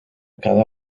cada